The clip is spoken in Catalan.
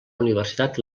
universitat